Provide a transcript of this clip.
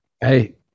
Hey